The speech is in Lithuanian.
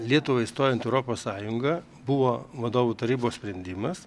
lietuvai stojant europos sąjungą buvo vadovų tarybos sprendimas